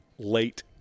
late